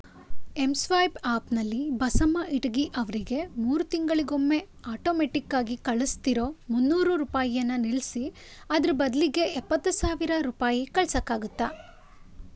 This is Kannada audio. ಎಮ್ ಸ್ವೈಪ್ ಆ್ಯಪ್ನಲ್ಲಿ ಬಸಮ್ಮ ಇಟಗಿ ಅವರಿಗೆ ಮೂರು ತಿಂಗಳಿಗೊಮ್ಮೆ ಆಟೋಮೆಟ್ಟಿಕ್ಕಾಗಿ ಕಳ್ಸ್ತಿರೋ ಮುನ್ನೂರು ರೂಪಾಯಿಯನ್ನು ನಿಲ್ಲಿಸಿ ಅದರ ಬದಲಿಗೆ ಎಪ್ಪತ್ತು ಸಾವಿರ ರೂಪಾಯಿ ಕಳ್ಸೋಕ್ಕಾಗತ್ತಾ